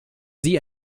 sie